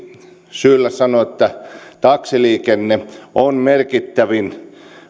syyllä sanoa että taksiliikenne on merkittävin